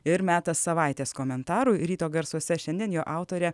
ir metas savaitės komentarui ryto garsuose šiandien jo autorė